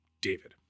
David